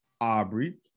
Aubrey